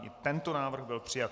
I tento návrh byl přijat.